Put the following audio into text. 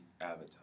Avatar